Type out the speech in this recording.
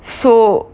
so